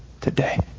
today